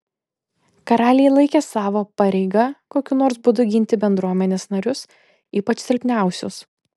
karaliai laikė savo pareiga kokiu nors būdu ginti bendruomenės narius ypač silpniausius